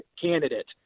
candidate